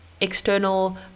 external